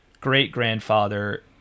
great-grandfather